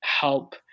help